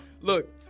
Look